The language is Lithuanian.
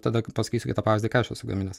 tada pasakysiu kitą pavyzdį ką aš esu gaminęs